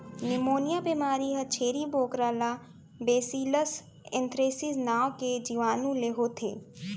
pneumonia बेमारी ह छेरी बोकरा ला बैसिलस एंथ्रेसिस नांव के जीवानु ले होथे